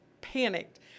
panicked